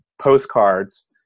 postcards